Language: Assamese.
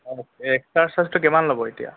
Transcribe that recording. অঁ এক্সট্ৰা চাৰ্জটো কিমান ল'ব এতিয়া